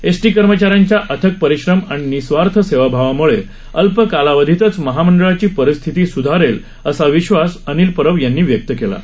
ST कर्मचाऱ्यांच्या अथक परिश्रम आणि निस्वार्थ सेवाभावामुळे अल्प कालावधीतच महामंडळाची परिस्थिती सुधारेल असा विश्वास अनिल परब यांनी व्यक्त केला आहे